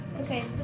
okay